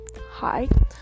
hi